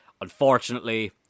Unfortunately